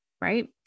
right